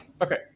Okay